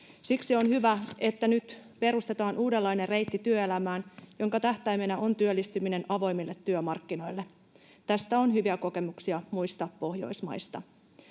Siksi on hyvä, että nyt perustetaan uudenlainen reitti työelämään, jonka tähtäimenä on työllistyminen avoimille työmarkkinoille. Tästä on hyviä kokemuksia muista Pohjoismaista.